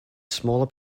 smaller